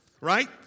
right